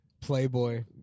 playboy